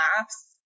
laughs